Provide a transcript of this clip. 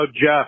Jeff